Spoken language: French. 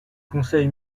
conseil